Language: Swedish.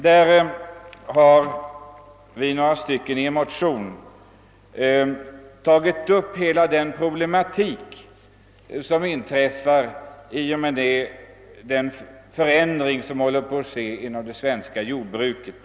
Där har några kammarledamöter i en motion aktualiserat hela den problematik som uppstår i och med den förändring som nu håller på att ske inom det svenska jordbru ket.